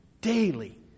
Daily